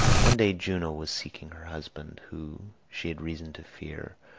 one day juno was seeking her husband, who, she had reason to fear,